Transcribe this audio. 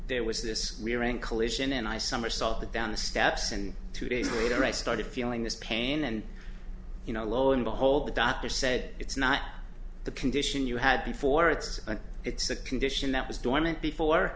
there was this rewriting collision and i somersault that down the steps and two days later i started feeling this pain and you know lo and behold the doctor said it's not the condition you had before it's a it's a condition that was dormant before